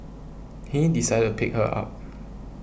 he decided pick her up